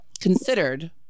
considered